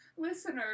listeners